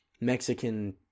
Mexican